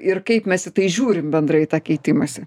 ir kaip mes tai žiūrim bendrai į tą keitimąsi